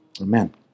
Amen